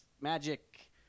magic